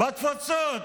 בתפוצות.